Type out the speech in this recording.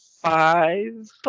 five